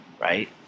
right